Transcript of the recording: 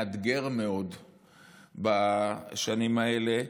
מאתגר מאוד בשנים האלה.